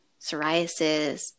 psoriasis